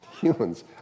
Humans